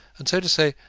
and, so to say,